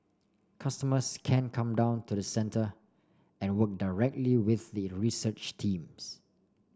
customers can come down to the centre and work directly with the research teams